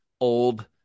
old